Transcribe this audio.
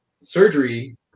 surgery